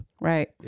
Right